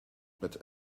but